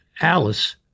Alice